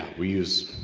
we use,